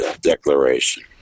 declaration